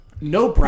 no